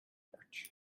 torch